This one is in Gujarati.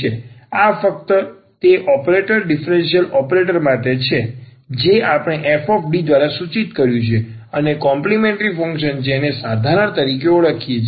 આ ફક્ત તે ઓપરેટર ડિફરન્સલ ઓપરેટર માટે છે જે આપણે આ fD દ્વારા સૂચિત કર્યું છે અને કોમ્પલિમેન્ટ્રી ફંક્શન જેને આપણે સાધારણ તરીકે ઓળખીએ છીએ